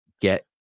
get